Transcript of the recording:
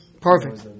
Perfect